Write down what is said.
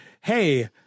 hey